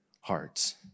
hearts